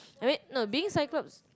I mean no being Cyclops